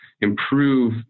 improve